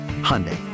Hyundai